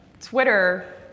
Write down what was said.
Twitter